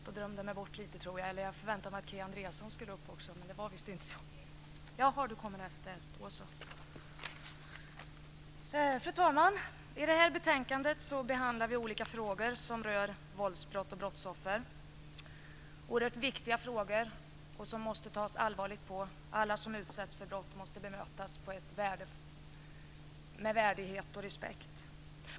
Fru talman! I det här betänkandet behandlas olika frågor som rör våldsbrott och brottsoffer - oerhört viktiga frågor som måste tas på allvar. Alla som utsätts för brott måste bemötas med värdighet och respekt.